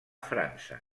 frança